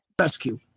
rescue